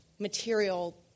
material